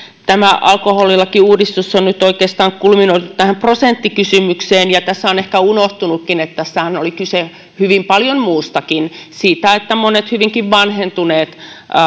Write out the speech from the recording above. tämä alkoholilakiuudistus on nyt oikeastaan kulminoitunut tähän prosenttikysymykseen ja on ehkä unohtunutkin että tässähän oli kyse hyvin paljon muustakin siitä että monet hyvinkin vanhentuneet